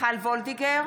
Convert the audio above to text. מיכל וולדיגר,